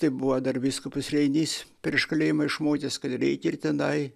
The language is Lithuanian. taip buvo dar vyskupas reinys prieš kalėjimą išmokęs kad reikia ir tenai